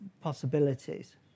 possibilities